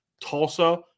Tulsa